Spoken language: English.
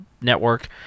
network